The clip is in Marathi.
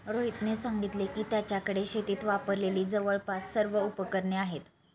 रोहितने सांगितले की, त्याच्याकडे शेतीत वापरलेली जवळपास सर्व उपकरणे आहेत